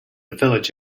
village